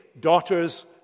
daughters